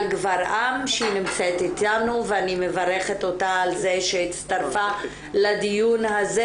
גברעם שהיא נמצאת איתנו ואני מברכת אותה על זה שהצטרפה לדיון הזה.